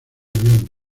avión